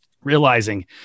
realizing